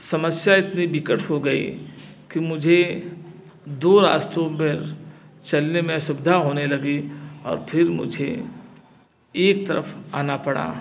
समस्या इतनी विकट हो गई की मुझे दो रास्तों पर चलने में असुविधा होने लगी और फिर मुझे एक तरफ आना पड़ा